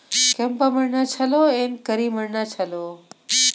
ಕೆಂಪ ಮಣ್ಣ ಛಲೋ ಏನ್ ಕರಿ ಮಣ್ಣ ಛಲೋ?